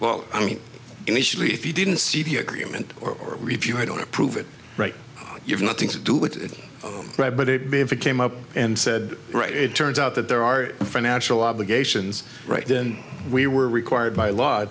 well i mean initially if you didn't see the agreement or review i don't approve it right you have nothing to do with it but it be if it came up and said right it turns out that there are financial obligations right then we were required by law